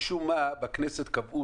משום מה, בכנסת קבעו